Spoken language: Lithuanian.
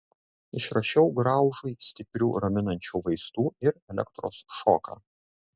išrašiau graužui stiprių raminančių vaistų ir elektros šoką